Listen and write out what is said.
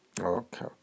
Okay